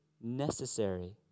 necessary